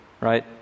right